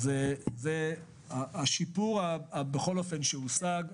השיפור שהושג,